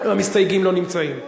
המסתייגים לא נמצאים.